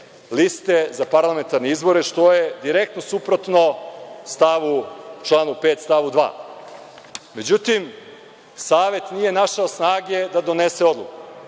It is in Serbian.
liste za parlamentarne izbore, što je direktno suprotno članu 5. stavu 2.Međutim, Savet nije našao snage da donese odluku.